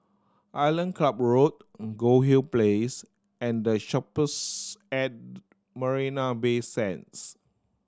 Island Club Road Goldhill Place and The Shoppes at Marina Bay Sands